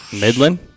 Midland